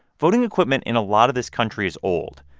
voting equipment in a lot of this country is old,